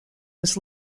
was